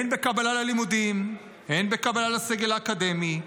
הן בקבלה ללימודים, הן בקבלה לסגל האקדמי,